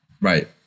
Right